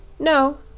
no,